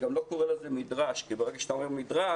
אני גם לא קורא לזה מדרש כי ברגע שאתה אומר מדרש,